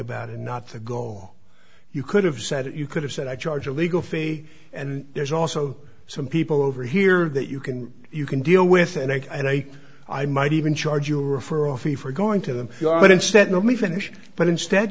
about and not the goal you could have said that you could have said i charge a legal fee and there's also some people over here that you can you can deal with and i say i might even charge you referral fee for going to them but instead normally finish but instead